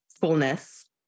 fullness